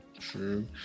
True